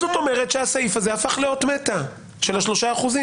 זאת אומרת שהסעיף הזה הפך לאות מתה של ה-3%.